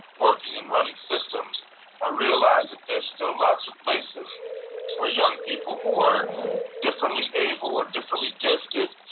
working and running systems i realized that there's still lots of places for young people who are differently able or differently gifted,